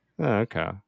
okay